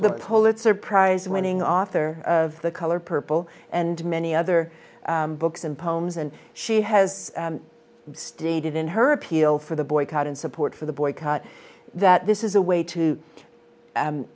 the pulitzer prize winning author of the color purple and many other books and poems and she has stated in her appeal for the boycott in support for the boycott that this is a way to